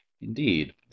Indeed